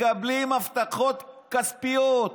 מקבלים הבטחות כספיות.